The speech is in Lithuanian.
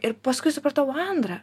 ir paskui supratau andra